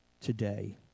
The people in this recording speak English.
today